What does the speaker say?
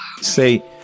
say